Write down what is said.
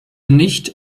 nicht